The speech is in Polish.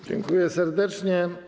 Dziękuję serdecznie.